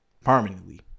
permanently